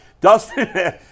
Dustin